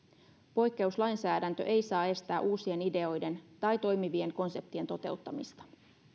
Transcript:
poikkeuslainsäädäntö ei saa estää uusien ideoiden tai toimivien konseptien toteuttamista